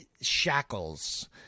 shackles